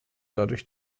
dadurch